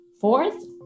Fourth